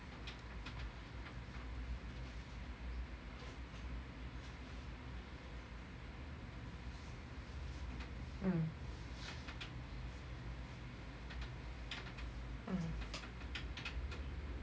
mm